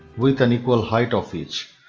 with an equal height of each.